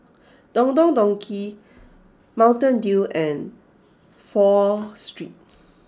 Don Don Donki Mountain Dew and Pho Street